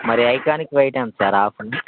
మరి iconic item sir half అండి